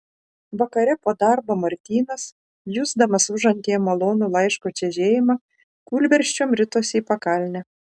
vakare po darbo martynas jusdamas užantyje malonų laiško čežėjimą kūlversčiom ritosi į pakalnę